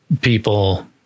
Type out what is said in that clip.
people